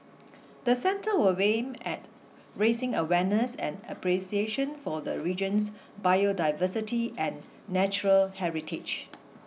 the centre will aim at raising awareness and appreciation for the region's biodiversity and natural heritage